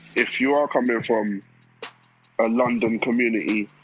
if you are coming from a london community,